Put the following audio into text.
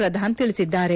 ಪ್ರಧಾನ್ ತಿಳಿಸಿದ್ದಾರೆ